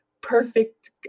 perfect